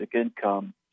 income